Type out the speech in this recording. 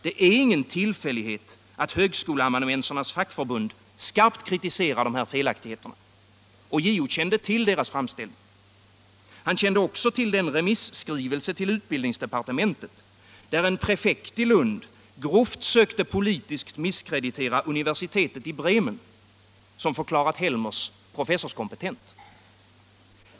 Det är ingen tillfällighet att högskoleamanuensernas fackförbund skarpt kritiserar de här felaktigheterna. JO kände till deras framställning. Han kände också till den remisskrivelse till utbildningsdepartementet där en prefekt i Lund grovt sökte politiskt misskreditera universitetet i Bremen som förklarat Helmers professorskompetent.